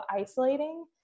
isolating